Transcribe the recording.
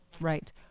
right